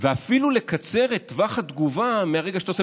אפילו לקצר את טווח התגובה מהרגע שאתה עושה